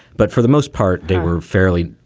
but for the most part, they were fairly,